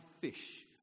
fish